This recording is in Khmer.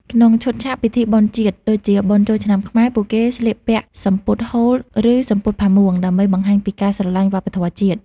ក្នុងឈុតឆាក ពិធីបុណ្យជាតិ ដូចជាបុណ្យចូលឆ្នាំខ្មែរ ពួកគេស្លៀកពាក់ សំពត់ហូល ឬសំពត់ផាមួង ដើម្បីបង្ហាញពីការស្រលាញ់វប្បធម៌ជាតិ។